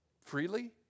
Freely